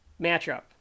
matchup